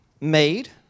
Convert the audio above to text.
made